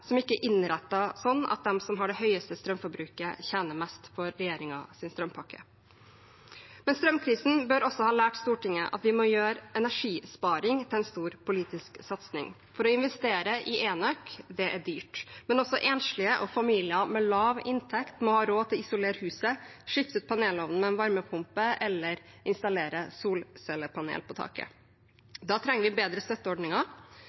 som ikke er innrettet sånn at de som har de høyeste strømforbruket, tjener mest på regjeringens strømpakke. Strømkrisen bør også ha lært Stortinget at vi må gjøre energisparing til en stor politisk satsing, for å investere i enøk er dyrt. Også enslige og familier med lav inntekt må ha råd til å isolere huset, skifte ut panelovnen med en varmepumpe eller installere solcellepaneler på taket. Da trenger vi bedre støtteordninger.